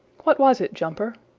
what was it, jumper?